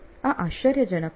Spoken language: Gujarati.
આ આશ્ચર્યજનક છે